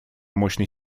мощной